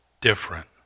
different